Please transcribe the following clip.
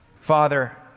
Father